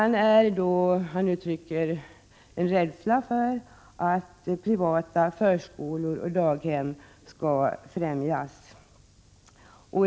Nils Berndtson uttrycker en rädsla för att privata förskolor och daghem skall främjas.